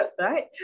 Right